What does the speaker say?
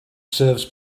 serves